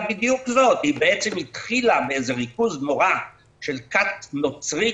בדיוק זאת: היא בעצם התחילה באיזה ריכוז נורא של כת נוצרית,